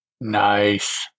Nice